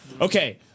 Okay